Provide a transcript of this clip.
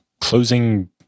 closing